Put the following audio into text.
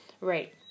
right